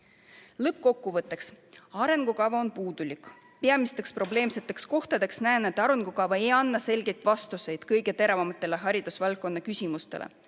sõnum. Lõppkokkuvõtteks. Arengukava on puudulik. Peamiste probleemsete kohtadena näen, et arengukava ei anna selgeid vastuseid kõige teravamatele haridusvaldkonna küsimustele,